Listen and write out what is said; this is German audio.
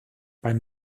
beim